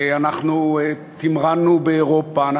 תִמרנּו באירופה,